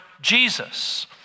Jesus